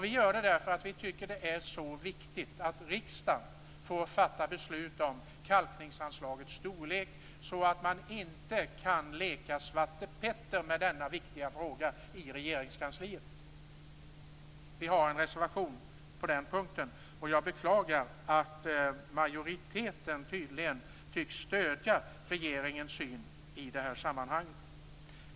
Vi gör det därför att vi tycker att det är mycket viktigt att riksdagen får fatta beslut om kalkningsanslagens storlek, så att man inte kan leka Svarte Petter med denna viktiga fråga i Regeringskansliet. Vi har en reservation på den punkten. Jag beklagar att majoriteten tydligen stöder regeringens syn i det här sammanhanget.